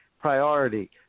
priority